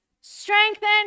Strengthen